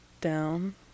down